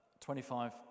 25